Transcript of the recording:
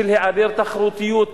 של היעדר תחרותיות,